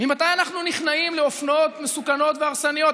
ממתי אנחנו נכנעים לאופנות מסוכנות והרסניות?